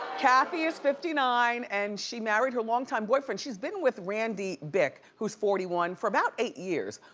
kathy is fifty nine, and she married her longtime boyfriend. she's been with randy bick, who's forty one, for about eight years,